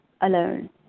alone